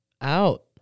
out